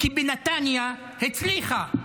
כי בנתניה הצליחה.